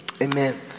Amen